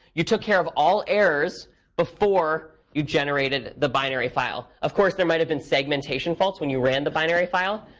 you took care of all errors before you generated the binary file. of course, there might have been segmentation faults, when you ran the binary file.